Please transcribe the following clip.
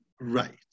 right